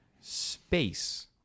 space